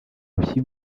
urushyi